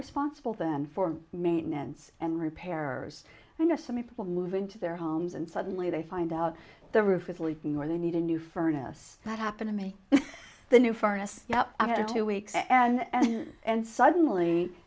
responsible then for maintenance and repair or you know some people move into their homes and suddenly they find out the roof is leaking or they need a new furnace that happened to me the new furnace i had two weeks and and suddenly